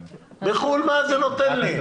בחו"ל, מה זה נותן לי?